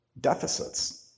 deficits